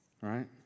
right